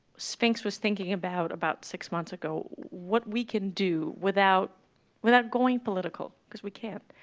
sphinx was thinking about about six months ago, what we can do without without going political because we can't,